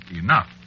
enough